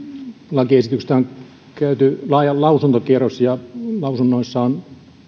lakiesityksestä on käyty laaja lausuntokierros ja lausunnoissa on